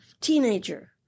teenager